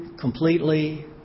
completely